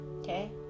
Okay